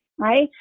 Right